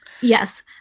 Yes